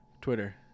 Twitter